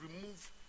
remove